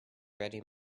ready